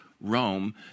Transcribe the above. Rome